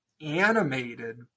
animated